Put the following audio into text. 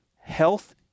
health